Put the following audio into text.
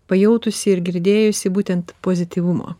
pajautusi ir girdėjusi būtent pozityvumo